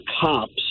cops